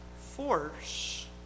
force